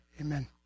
amen